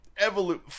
evolution